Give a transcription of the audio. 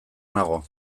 nago